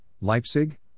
Leipzig